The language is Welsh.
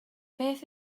beth